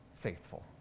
faithful